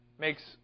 makes